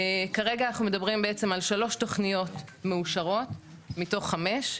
כרגע אנחנו מדברים בעצם על שלוש תוכניות מאושרות מתוך חמש,